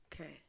Okay